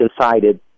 decided